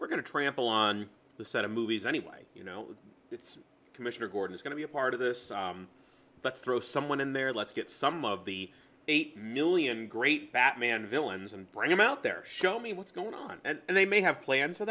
we're going to trample on the set of movies anyway you know commissioner gordon is going to be a part of this but throw someone in there let's get some of the eight million great batman villains and bring them out there show me what's going on and they may have planned for